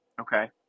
Okay